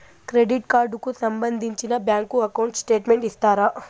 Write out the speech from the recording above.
Credit card కు సంబంధించిన bank account statement ఇస్తారా?